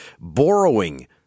borrowing